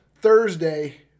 Thursday